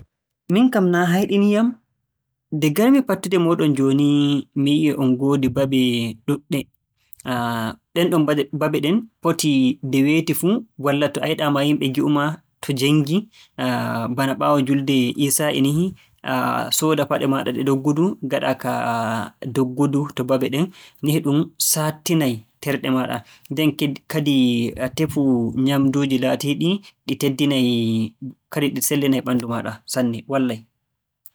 Miin kam naa haayɗinii yam, nde ngar-mi fattude mooɗon jooni, mi yi'ii on ngoodi babe ɗuuɗɗe. Ɗenɗon bab- babe ɗen foti nde weeti fuu, walla so a yiɗaa maa yimɓe ngi'u-mi, to jenngii. bana ɓaawo juulde iisaa'i nihi. sooda paɗe maaɗa ɗe doggudu, ngaɗaa ka doggudu to babe ɗen. Nihi ɗum saattinay terɗe maaɗa, nden ked- kadi tefu nyaamnduuji laatiiɗi ɗi teddinay kadi ɗi sellinay ɓanndu maaɗa sanne, wallay.